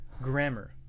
Grammar